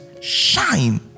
shine